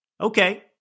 okay